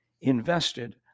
invested